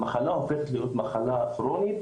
המחלה הופכת להיות מחלה כרונית